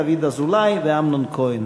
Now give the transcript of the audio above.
דוד אזולאי ואמנון כהן.